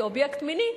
כאובייקט מיני,